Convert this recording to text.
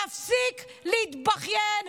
תפסיק להתבכיין.